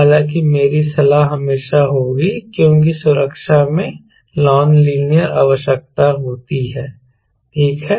हालाँकि मेरी सलाह हमेशा होगी क्योंकि सुरक्षा में नॉन लीनियर आवश्यकता होती है ठीक है